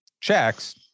checks